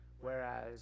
whereas